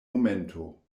momento